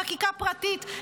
חקיקה פרטית,